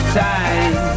time